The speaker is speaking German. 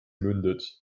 mündet